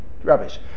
Rubbish